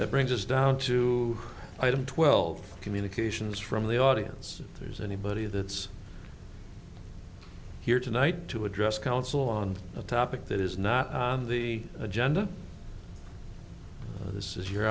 that brings us down to item twelve communications from the audience there's anybody that's here tonight to address council on a topic that is not on the agenda this is your